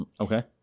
Okay